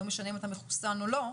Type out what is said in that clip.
ולא משנה אם אתה מחוסן או לא,